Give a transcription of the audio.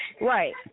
Right